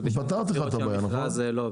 צריך קודם לראות שמכרז לא עובד.